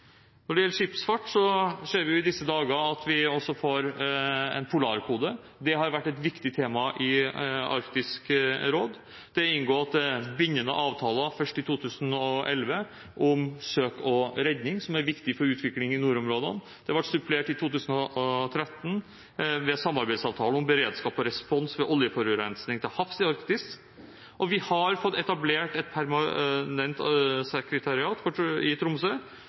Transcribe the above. Når det gjelder skipsfart, ser vi i disse dager at vi også får en polarkode. Det har vært et viktig tema i Arktisk råd. Det er inngått bindende avtaler, først i 2011 om søk og redning, som er viktig for utvikling i nordområdene. Det ble supplert i 2013 ved en samarbeidsavtale om beredskap og respons ved oljeforurensning til havs i Arktis, og vi har fått etablert et permanent sekretariat i Tromsø. Det er nå oppe og går for